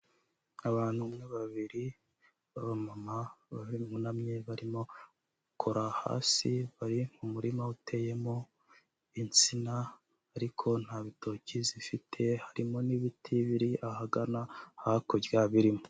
Abantu umwe babiri b'abamama bunamye barimo gukora hasi. Bari mu murima uteyemo insina ariko nta bitoki zifite harimo n'ibiti biri ahagana hakurya birimo.